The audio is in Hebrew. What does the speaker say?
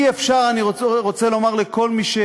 אני רוצה לומר לכל מי,